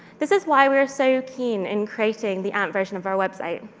this is why we are so keen in creating the amp version of our website.